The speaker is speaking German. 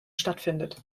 stattfindet